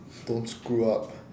don't screw up